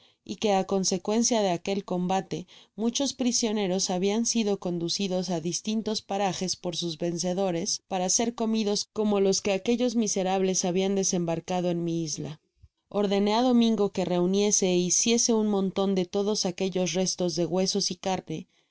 y que á consecuencia de aquel combate muchos prisioneros habian sido conducidos á distintos parajes por sus vencedores para ser comidos como los que aquellos miserables habian desembarcado en mi isla ordenó á domingo que reuniese é hiciese un monton áft'tttdos aquellos restos de huesos y